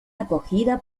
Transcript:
acogida